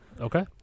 Okay